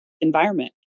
environment